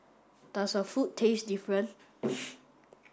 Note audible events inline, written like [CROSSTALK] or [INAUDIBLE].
does her food taste different [NOISE]